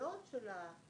הפעילויות של הרשויות,